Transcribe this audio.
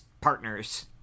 partners